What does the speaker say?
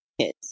kids